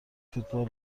فوتبال